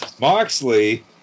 Moxley